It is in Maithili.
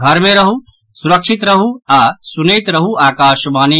घर मे रहू सुरक्षित रहू आ सुनैत रहू आकाशवाणी